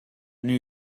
new